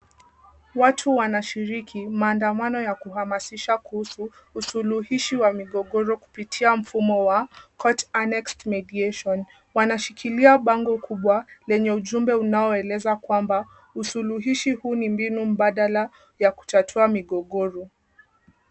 Watu wanashiriki maandamano ya kuhamasisha kuhusu usuluhishi wa migogoro kupitia mfumo wa Court Annexed Mediation. Wanashikilia bango kubwa lenye ujumbe unaoeleza kwamba usuluhishi huu ni mbinu mbadala ya kutatua migogoro.